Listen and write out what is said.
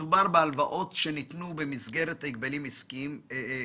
מדובר בהלוואות שניתנו במסגרת קונסורציום,